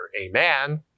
amen